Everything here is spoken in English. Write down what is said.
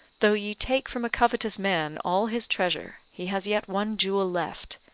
though ye take from a covetous man all his treasure, he has yet one jewel left,